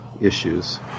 issues